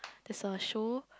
there's a show